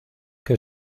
que